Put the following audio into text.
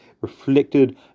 reflected